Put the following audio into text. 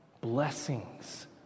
blessings